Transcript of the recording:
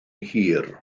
hir